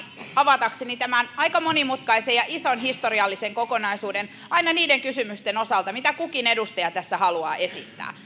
avatakseni tämän aika monimutkaisen ja ison historiallisen kokonaisuuden aina niiden kysymysten osalta mitä kukin edustaja tässä haluaa esittää